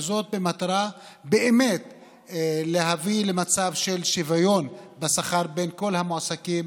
וזאת במטרה באמת להביא למצב של שוויון בשכר בין כל המועסקים,